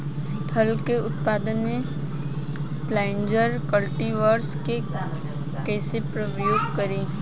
फल के उत्पादन मे पॉलिनाइजर कल्टीवर्स के कइसे प्रयोग करी?